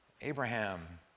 Abraham